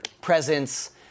presence